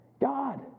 God